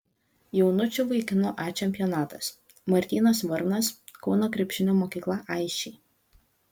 jaunučių vaikinų a čempionatas martynas varnas kauno krepšinio mokykla aisčiai